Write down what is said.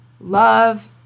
love